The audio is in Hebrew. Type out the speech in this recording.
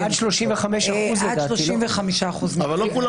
עד 35%. אבל לא כולם